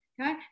Okay